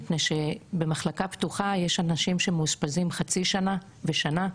מפני שבמחלקה פתוחה יש אנשים שמאושפזים חצי שנה ושנה,